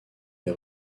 est